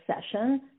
session